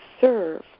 serve